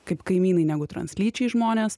kaip kaimynai negu translyčiai žmonės